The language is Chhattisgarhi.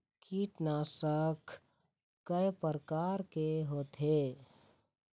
कीटनाशक कय प्रकार के होथे?